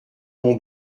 mon